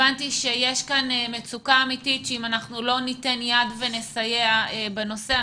הבנתי שיש כאן מצוקה אמיתית שאם לא ניתן יד ונסייע בנושא,